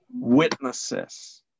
witnesses